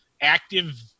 active